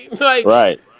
Right